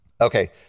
Okay